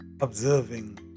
observing